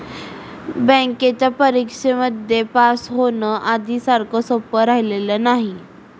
बँकेच्या परीक्षेमध्ये पास होण, आधी सारखं सोपं राहिलेलं नाही